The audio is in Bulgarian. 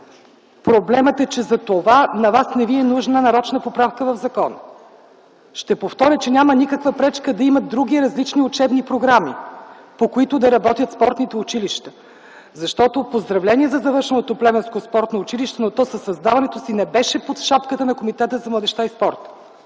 Проблемът е, че затова на вас не ви е нужна нарочна поправка в закон. Ще повторя, че няма никаква пречка да има други различни учебни програми, по които да работят спортните училища, защото – поздравления за завършеното плевенско спортно училище, но то със създаването си не беше под шапката на Комитета за младежта и спорта,